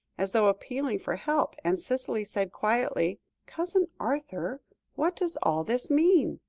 as though appealing for help, and cicely said quietly cousin arthur what does all this mean?